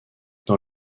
dans